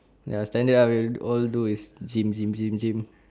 ya standard ah we all do is gym gym gym gym